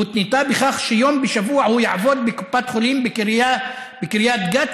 הותנתה בכך שיום בשבוע הוא יעבוד בקופת חולים בקריית גת,